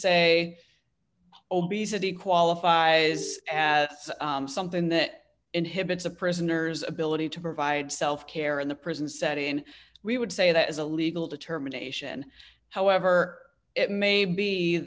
say obesity qualifies as something that inhibits a prisoner's ability to provide self care in the prison set in we would say that is a legal determination however it may be